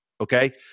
Okay